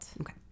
Okay